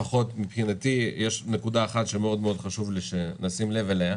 מבחינתי יש נקודה אחת שחשוב לי מאוד שנשים לב אליה.